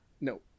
No